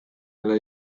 ale